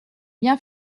bien